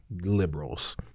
liberals